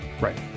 Right